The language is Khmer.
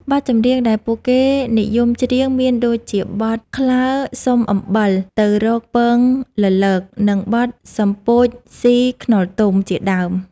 បទចម្រៀងដែលពួកគេនិយមច្រៀងមានដូចជាបទ «ក្លើសុំអំបិល» «ទៅរកពងលលក» និងបទ «សំពោចស៊ីខ្នុរទុំ» ជាដើម។